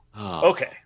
Okay